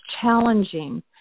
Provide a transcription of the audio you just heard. challenging